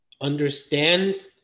understand